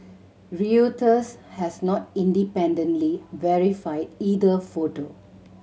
Reuters has not independently verified either photo